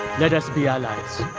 let us be allies.